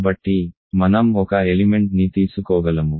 కాబట్టి మనం ఒక ఎలిమెంట్ ని తీసుకోగలము